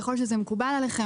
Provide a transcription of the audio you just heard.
ככל שזה מקובל עליכם,